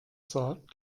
sagt